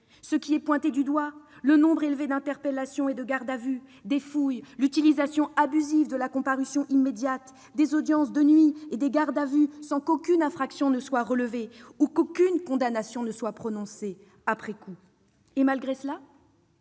Sont pointés du doigt le nombre élevé d'interpellations, de gardes à vue et de fouilles, l'utilisation abusive de la comparution immédiate, des audiences de nuit et des gardes à vue sans qu'aucune infraction soit constatée ou sans qu'aucune condamnation soit prononcée après coup. Malgré cela,